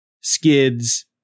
Skids